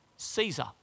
Caesar